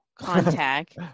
Contact